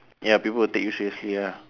ya people will take you seriously ah